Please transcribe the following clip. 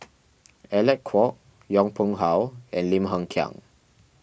Alec Kuok Yong Pung How and Lim Hng Kiang